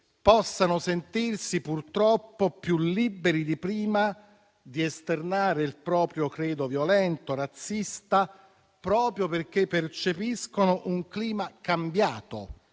possano sentirsi più liberi di prima di esternare il proprio credo violento e razzista proprio perché percepiscono un clima cambiato